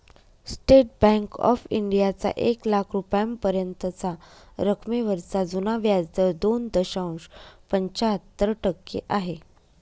state bank of इंडियाचा एक लाख रुपयांपर्यंतच्या रकमेवरचा जुना व्याजदर दोन दशांश पंच्याहत्तर टक्के आहे